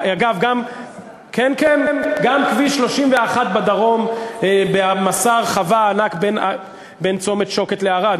גם כביש 31 בדרום במסע הרחבה ענק בין צומת-שוקת לערד,